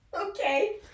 Okay